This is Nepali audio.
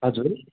हजुर